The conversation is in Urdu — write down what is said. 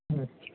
اچھا